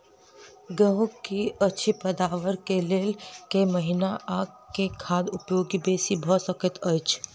गेंहूँ की अछि पैदावार केँ लेल केँ महीना आ केँ खाद उपयोगी बेसी भऽ सकैत अछि?